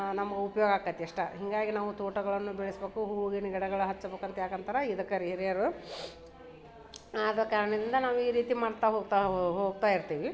ನಮ್ಮ ಉಪ್ಯೋಗ ಆಕತಿ ಇಷ್ಟ ಹೀಗಾಗಿ ನಾವು ತೋಟಗಳನ್ನು ಬೆಳೆಸ್ಬೇಕು ಹೂಗಿಡಗಳು ಹಚ್ಬೇಕು ಅಂತ ಯಾಕಂತಾರೆ ಇದಕ್ಕೇ ರಿ ಹಿರಿಯರು ಆದ ಕಾರಣದಿಂದ ನಾವು ಈ ರೀತಿ ಮಾಡ್ತಾ ಹೋಗ್ತಾ ಹೋಗ್ತಾ ಇರ್ತೀವಿ